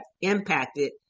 impacted